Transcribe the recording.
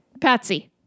Patsy